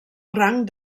rang